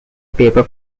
paper